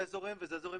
זה זורם וזה זורם,